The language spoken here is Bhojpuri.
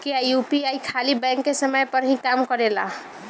क्या यू.पी.आई खाली बैंक के समय पर ही काम करेला?